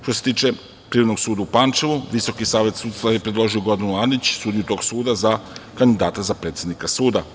Što se tiče Privrednog suda u Pančevu, Visoki savet sudstva je predložio Gordanu Anić, sudiju tog suda, za kandidata za predsednika suda.